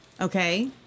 Okay